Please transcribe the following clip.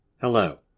Hello